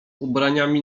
ubraniami